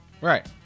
Right